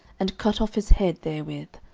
and cut off his head therewith.